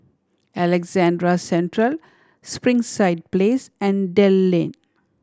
Alexandra Central Springside Place and Dell Lane